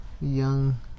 young